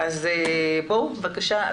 בבקשה.